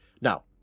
Now